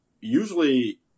usually